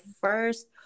first